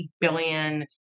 billion